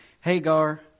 Hagar